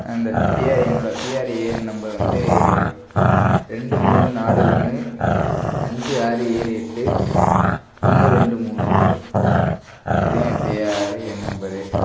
அந்த P R என்னோடய PRAN number வந்து ரெண்டு மூணு நாலு ஒன்று அஞ்சு ஆறு ஏழு எட்டு ஒன்று ரெண்டு மூணு நாலு இது தான் என் பிஆர்ஏஎன் நம்பர்